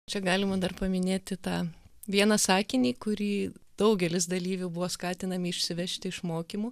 čia galima dar paminėti tą vieną sakinį kurį daugelis dalyvių buvo skatinami išsivežti iš mokymų